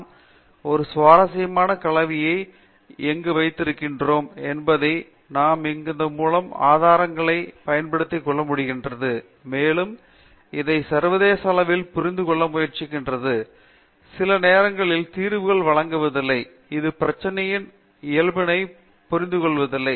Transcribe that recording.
நாம் ஒரு சுவாரஸ்யமான கலவையை எங்கு வைத்திருக்கிறோம் என்பதை நாம் இந்த மூல ஆதாரங்களைப் பயன்படுத்திக் கொள்ள முடிகிறது மேலும் அதை சர்வதேச அளவில் புரிந்து கொள்ள முயற்சிக்கின்றது சில நேரங்களில் தீர்வுகளை வழங்குவதில்லை அது பிரச்சினையின் இயற்பியலைப் புரிந்துகொள்வதில்லை